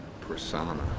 persona